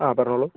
ആ പറഞ്ഞോളൂ